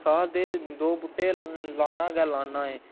साल दे दो बूह्टे लान्नां गै लान्नां ऐ